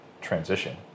transition